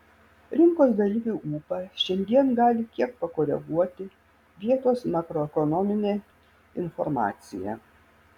rinkos dalyvių ūpą šiandien gali kiek pakoreguoti vietos makroekonominė informacija